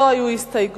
לא היו הסתייגויות,